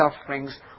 sufferings